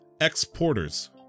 exporters